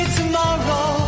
tomorrow